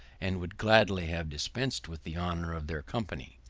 and would gladly have dispensed with the honour of their company.